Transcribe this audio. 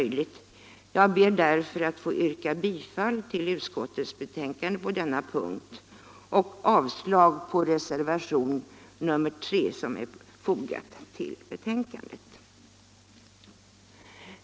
Jag ber därför att få yrka bifall till utskottets hemställan vid denna punkt och avslag på reservationen 3.